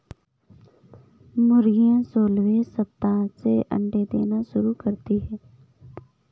मुर्गियां सोलहवें सप्ताह से अंडे देना शुरू करती है